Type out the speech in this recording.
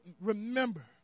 remember